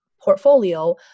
portfolio